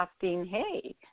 hey